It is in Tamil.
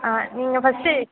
ஆ நீங்கள் ஃபர்ஸ்ட்டு